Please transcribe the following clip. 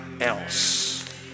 else